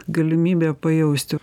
galimybė pajausti